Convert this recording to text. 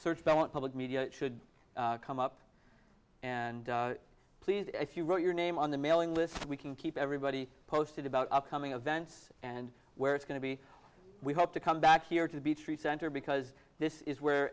went public media should come up and please if you wrote your name on the mailing list we can keep everybody posted about upcoming events and where it's going to be we hope to come back here to be true center because this is where